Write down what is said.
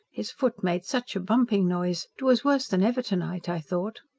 his foot made such a bumping noise it was worse than ever to-night, i thought.